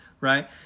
right